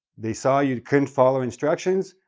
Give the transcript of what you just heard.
they saw you couldn't follow instructions,